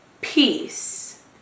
Peace